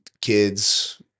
kids